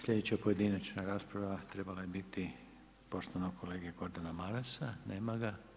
Sljedeća pojedinačna rasprava trebala je biti poštovanog kolege Gordana Marasa, nema ga.